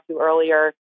earlier